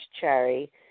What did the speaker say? Cherry